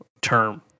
term